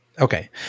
okay